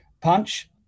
Punch